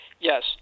Yes